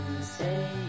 say